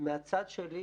מהצד שלי,